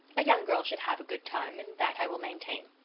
a young girl should have a good time, and that i will maintain.